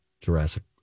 Jurassic